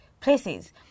places